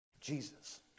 Jesus